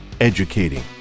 Educating